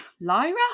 Lyra